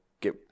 get